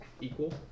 equal